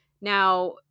now